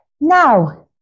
Now